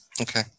Okay